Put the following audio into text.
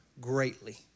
greatly